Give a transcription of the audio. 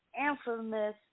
infamous